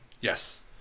Yes